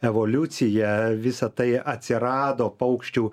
evoliucija visa tai atsirado paukščių